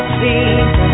see